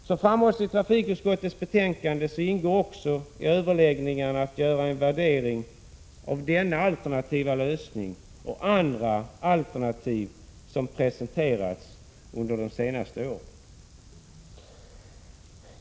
Som framhålls i trafikutskottets betänkande ingår också i överläggningarna att göra en värdering av denna alternativa lösning och även av andra alternativ som presenterats under de senaste åren.